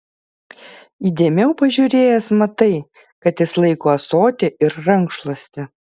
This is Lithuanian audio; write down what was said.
įdėmiau pažiūrėjęs matai kad jis laiko ąsotį ir rankšluostį